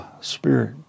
Spirit